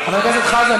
חבר הכנסת חזן,